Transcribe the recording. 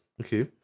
Okay